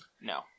no